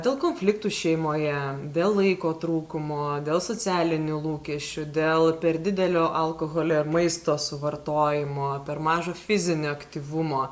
dėl konfliktų šeimoje dėl laiko trūkumo dėl socialinių lūkesčių dėl per didelio alkoholio ir maisto suvartojimo per mažo fizinio aktyvumo